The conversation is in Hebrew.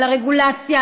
על הרגולציה,